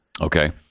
okay